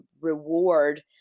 reward